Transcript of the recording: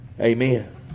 Amen